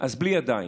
אז בלי ידיים.